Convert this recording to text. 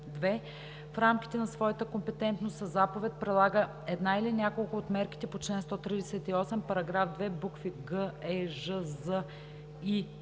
2, в рамките на своята компетентност, със заповед прилага една или няколко от мерките по чл. 138, параграф 2, букви „г“, „е“,